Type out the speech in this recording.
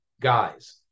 guys